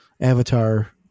Avatar